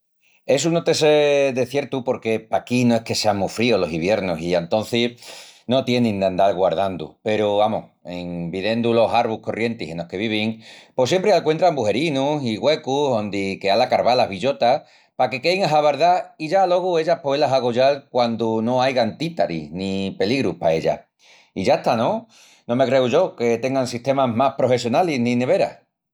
Essu no te sé de ciertu porque paquí no es que sean mu fríus los iviernus i antocis no tienin d'andal guardandu peru, amus, en videndu los arvus corrientis enos que vivin, pos siempri alcuentran bujerinus i güecus ondi queal acarvás las billotas paque quein axabardás i ya alogu ellas poé-las agollal quandu no aigan títaris ni peligru pa ella. I yasta, no? No me creu yo que tengan sistemas más prohessionalis ni neveras.